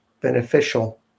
beneficial